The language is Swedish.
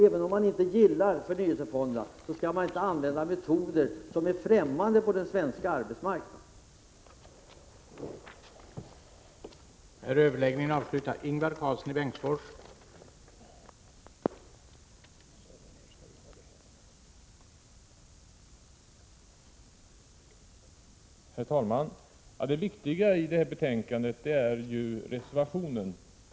Även om man inte gillar förnyelsefonderna skall man inte använda metoder som är främmande på den svenska arbetsmarknaden för att stoppa dem.